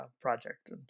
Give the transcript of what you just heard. project